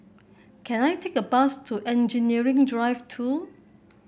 can I take a bus to Engineering Drive Two